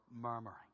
murmuring